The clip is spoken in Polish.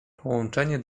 połączenie